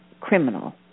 criminal